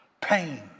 pain